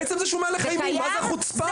עצם זה שהוא מהלך אימים, מה זה החוצפה הזאת?